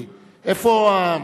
אומרת: